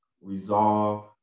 resolve